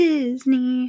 Disney